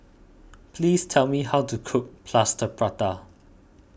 please tell me how to cook Plaster Prata